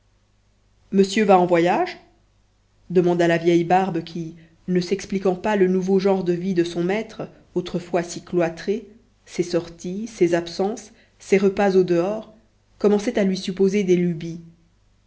monsieur va en voyage demanda la vieille barbe qui ne s'expliquant pas le nouveau genre de vie de son maître autrefois si cloîtré ses sorties ses absences ses repas au dehors commençait à lui supposer des lubies